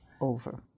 over